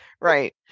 right